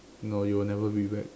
no you will never be back